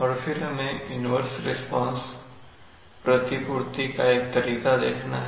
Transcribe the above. और फिर हमें इन्वर्स रिस्पांस प्रतिपूर्ति का एक तरीका देखना है